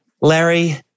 larry